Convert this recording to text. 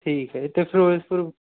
ਠੀਕ ਹੈ ਇੱਥੇ ਫਿਰੋਜ਼ਪੁਰ